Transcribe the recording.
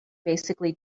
basically